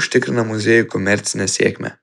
užtikrina muziejui komercinę sėkmę